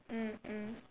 mm mm